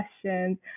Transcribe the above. questions